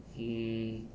mm